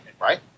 right